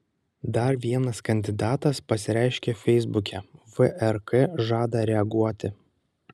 dar vienas kandidatas pasireiškė feisbuke vrk žada reaguoti